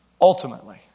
Ultimately